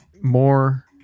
more